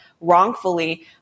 wrongfully